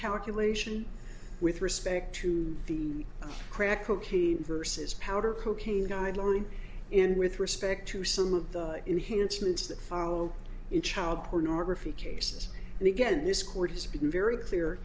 calculation with respect to the crack cocaine versus powder cocaine guideline in with respect to some of the enhanced moods that follow in child pornography cases and again this court has been very clear